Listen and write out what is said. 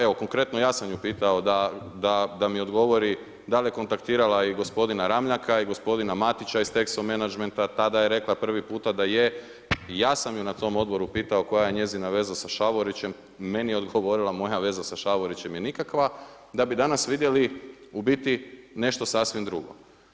Evo konkretno ja sam ju pitao da mi odgovori da li je kontaktirala i gospodina Ramljaka i gospodina Matića iz Texo Managementa, tada je rekla prvi puta da je i ja sam je na tom odboru pitao koja je njezina veza sa Šavorićem, meni je odgovorila moja veza sa Šavorićem je nikakva da bi danas vidjeli u biti nešto sasvim drugo.